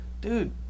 dude